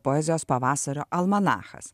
poezijos pavasario almanachas